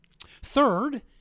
Third